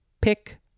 pick